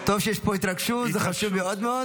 טוב שיש פה התרגשות, זה חשוב מאוד מאוד